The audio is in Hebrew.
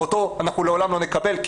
ואותו אנחנו לעולם לא נקבל.